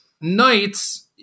Knights